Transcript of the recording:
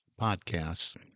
podcasts